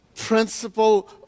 principle